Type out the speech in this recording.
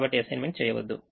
కాబట్టిఅసైన్మెంట్ చేయవద్దు